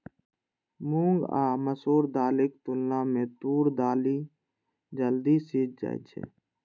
मूंग आ मसूर दालिक तुलना मे तूर दालि जल्दी सीझ जाइ छै